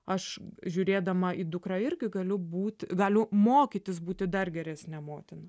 aš žiūrėdama į dukrą irgi galiu būti galiu mokytis būti dar geresnė motina